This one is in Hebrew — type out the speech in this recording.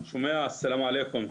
שומע, סלאם עליכום.